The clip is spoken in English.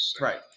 Right